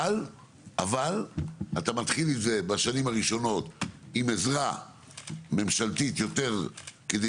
אבל אתה מתחיל עם זה בשנים הראשונות עם עזרה ממשלתית יותר כדי